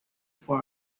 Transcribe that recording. for